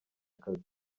akazi